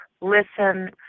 listen